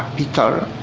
peter.